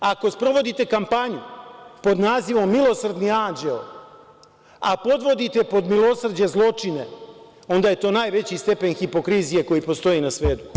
Ako sprovodite kampanju pod nazivom „milosrdni anđeo“, a podvodite pod milosrđe zločine, onda je to najveći stepen hipokrizije koji postoji na svetu.